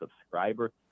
subscriber